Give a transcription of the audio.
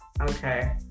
okay